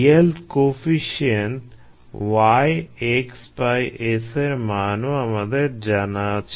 yield coefficient Y xS এর মানও আমাদের জানা আছে